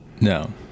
No